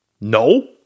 No